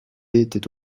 étaient